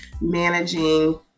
managing